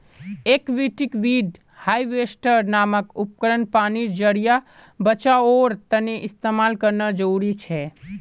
aquatic weed harvester नामक उपकरण पानीर ज़रियार बचाओर तने इस्तेमाल करना ज़रूरी छे